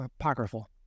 apocryphal